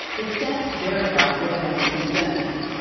the stats verify riverbank's concerns.